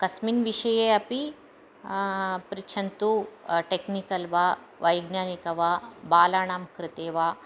कस्मिन् विषये अपि पृच्छन्तु टेक्निकल् वा वैज्ञानिकं वा बालानां कृते वा